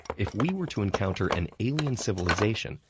if we were to encounter an alien civilization,